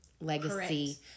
legacy